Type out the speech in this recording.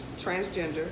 transgender